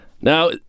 Now